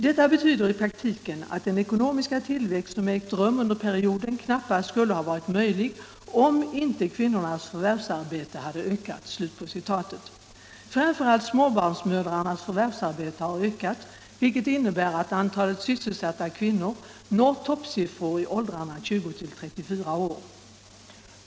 Det betyder i praktiken att den ekonomiska tillväxt som ägt rum under perioden knappast skulle ha varit möjlig, om inte kvinnornas förvärvsarbete ökat.” Framför allt småbarnsmödrarnas förvärvsarbete har ökat, vilket innebär att antalet sysselsatta kvinnor når toppsiffror i åldrarna 20-34 år.